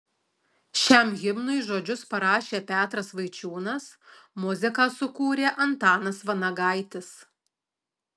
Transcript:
šiam himnui žodžius parašė petras vaičiūnas muziką sukūrė antanas vanagaitis